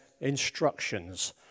instructions